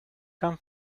come